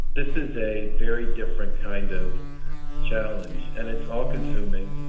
this is a very different kind of challenge, and it's all-consuming